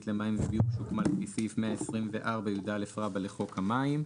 למים ולביוב שהוקמה לפי סעיף 124יא לחוק המים,